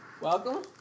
welcome